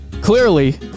clearly